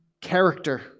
character